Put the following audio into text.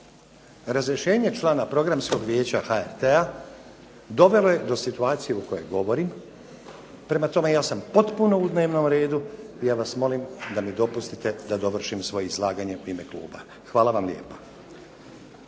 Razrješenje člana Programskog vijeća HRT-a dovelo je do situacije o kojoj govorim. Prema tome, ja sam potpuno u dnevnom redu i ja vas molim da mi dopustite da dovršim svoje izlaganje u ime kluba. Hvala vam lijepa.